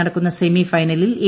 നാളെ നടക്കുന്ന സെമി ഫൈനലിൽ എ